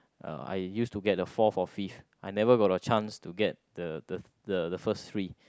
uh I used to get the fourth or fifth I never got the chance to get the the the first three